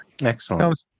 excellent